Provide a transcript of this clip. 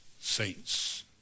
saints